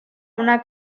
una